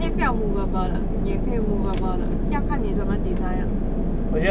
可以不要 movable 的也可以 movable 的要看你怎么 design ah